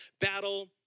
Battle